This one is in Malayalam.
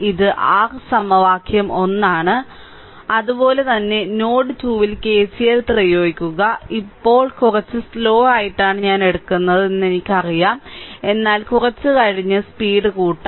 ഇത് r സമവാക്യം 1 ആണ് അതുപോലെ തന്നെ നോഡ് 2 ൽ KCL പ്രയോഗിക്കുക ഇപ്പൊ കുറച്ഛ് സ്ലോ ആയിട്ടാണ് ഞാൻ എടുക്കുന്നത് എനിക്കറിയാം എന്നാൽ കുറച്ഛ് കഴിഞ് സ്പീഡ് കൂട്ടാം